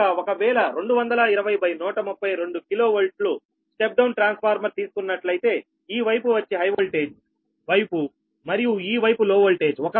కనుక ఒకవేళ 220132 kv step down transformer తీసుకున్నట్లయితేఈ వైపు వచ్చి హై వోల్టేజ్ వైపు మరియు ఈ వైపు లో వోల్టేజ్